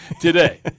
today